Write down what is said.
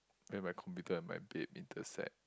then my computer and my date intersect